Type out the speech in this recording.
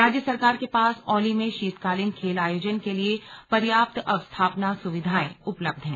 राज्य सरकार के पास औली में शीतकालीन खेल आयोजन के लिए पर्याप्त अवस्थापना सुविधाएं उपलब्ध हैं